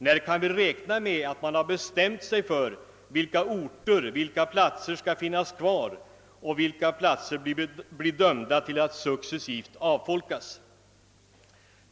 När kan vi räkna med att man har bestämt sig för vilka orter eller platser som skall finnas kvar och vilka som blir dömda till att successivt avfolkas?